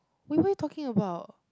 wait what you talking about